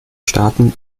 staaten